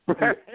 Right